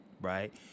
right